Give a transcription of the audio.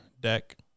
deck